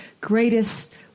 greatest